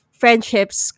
friendships